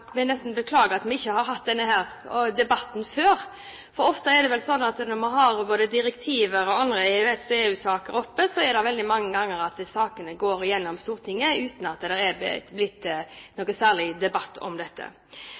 ofte er det slik at når vi har direktiver og andre EØS- og EU-saker oppe til behandling, er det veldig mange ganger at sakene går igjennom i Stortinget uten at det er blitt noe særlig debatt om